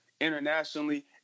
internationally